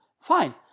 Fine